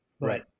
Right